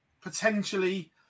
potentially